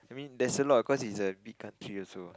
there's a lot cause it's a big country also